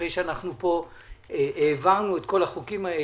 אחרי שהעברנו פה את כל החוקים האלה,